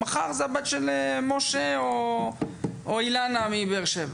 מחר זו הבת של משה או אילנה מבאר שבע.